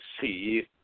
see